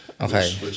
okay